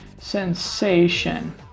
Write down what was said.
sensation